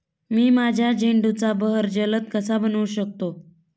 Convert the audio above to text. मी माझ्या झेंडूचा बहर जलद कसा बनवू शकतो?